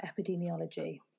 epidemiology